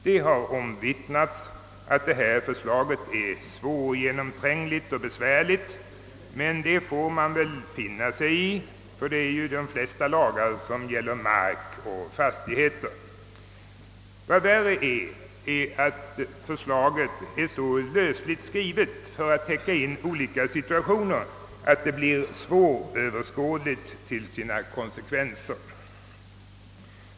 Det har omvittnats att detta lagförslag är svårgenomträngligt, men det får man väl finna sig i; det är ju de flesta lagar som gäller mark och fastigheter. Vad värre är, är att förslaget för att kunna tillämpas på olika situationer är så lösligt, att det blir svåröverskådligt till sina konsekvenser.